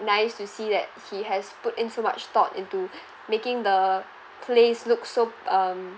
nice to see that he has put in so much thought into making the place look so um